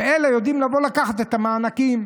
ואלה יודעים לבוא לקחת את המענקים.